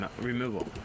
removal